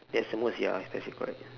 that's the most ya impressive correct